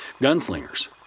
gunslingers